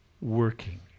working